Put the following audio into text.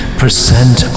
percent